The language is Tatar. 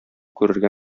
күрергә